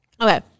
Okay